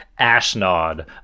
Ashnod